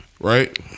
Right